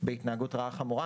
בהתנהגות רעה וחמורה,